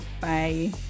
Bye